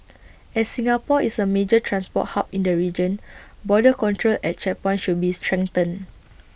as Singapore is A major transport hub in the region border control at checkpoints should be strengthened